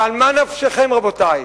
וממה נפשכם, רבותי?